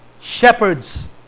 shepherds